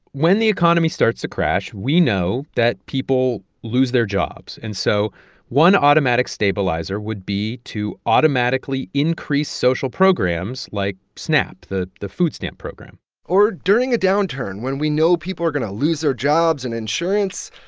when the economy starts to crash, we know that people lose their jobs. and so one automatic stabilizer would be to automatically increase social programs like snap, the the food stamp program or during a downturn, when we know people are going to lose their jobs and insurance,